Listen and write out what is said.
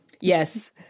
Yes